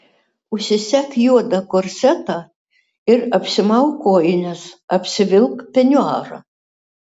užsisek juodą korsetą ir apsimauk kojines apsivilk peniuarą